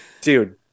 Dude